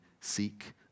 seek